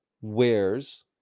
wears